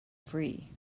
free